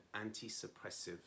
anti-suppressive